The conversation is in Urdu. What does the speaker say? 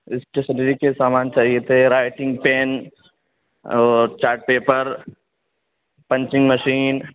اسٹیشنری کے سامان چاہیے تھے رائٹنگ پین اور چارٹ پیپر پنچنگ مشین